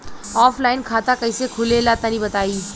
Offline खाता कइसे खुले ला तनि बताई?